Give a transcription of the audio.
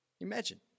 imagine